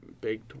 big